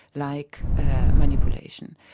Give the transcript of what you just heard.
like manipulation.